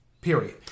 period